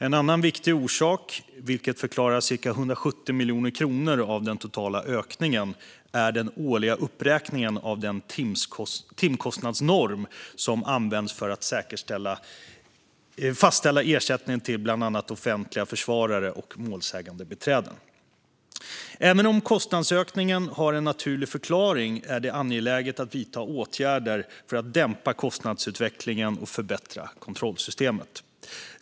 En annan viktig orsak, som förklarar cirka 170 miljoner kronor av den totala ökningen, är den årliga uppräkningen av den timkostnadsnorm som används för att fastställa ersättning till bland annat offentliga försvarare och målsägandebiträden. Även om kostnadsökningen har en naturlig förklaring är det angeläget att vidta åtgärder för att dämpa kostnadsutvecklingen och förbättra kontrollsystemet.